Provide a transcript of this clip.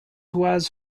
was